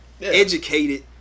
educated